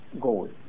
goal